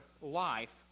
life